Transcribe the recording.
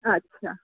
আচ্ছা